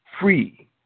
free